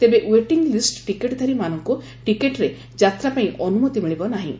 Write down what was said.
ତେବେ ଓ୍ୱେଟି ଲିଷ୍ଟ ଟିକଟଧାରୀମାନଙ୍କୁ ଟିକଟରେ ଯାତ୍ରା ପାଇଁ ଅନୁମତି ମିଳିବ ନାହିଁ